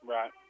Right